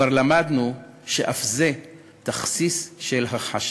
כבר למדנו שאף זה תכסיס של הכחשה.